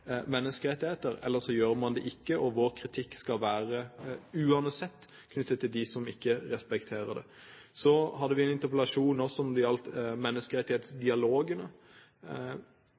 eller så gjør man det ikke. Vår kritikk skal uansett være knyttet til dem som ikke respekterer dem. Så hadde vi også en interpellasjon om menneskerettighetsdialogene og